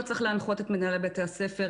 לא צריך להנחות את מנהלי בתי הספר,